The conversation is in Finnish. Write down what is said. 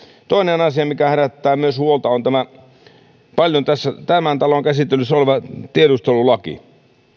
toinen asia mikä herättää myös huolta on tämän talon käsittelyssä oleva tiedustelulaki